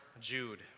Jude